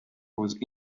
was